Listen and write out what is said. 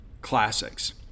Classics